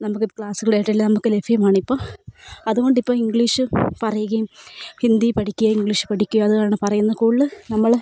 നമുക്ക് ഇപ്പോൾ ക്ലാസുകളായിട്ടെല്ലാം നമുക്ക് ലഭ്യമാണിപ്പോൾ അതുകൊണ്ട് ഇപ്പോൾ ഇംഗ്ലീഷ് പറയുകയും ഹിന്ദി പഠിക്കുകയും ഇംഗ്ലീഷ് പഠിക്കുകയോ അതാണ് പറയുന്നത് കൂടുതൽ നമ്മൾ